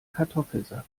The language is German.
kartoffelsack